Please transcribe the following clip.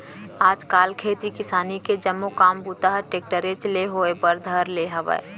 आज काल खेती किसानी के जम्मो काम बूता हर टेक्टरेच ले होए बर धर ले हावय